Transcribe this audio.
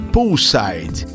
Poolside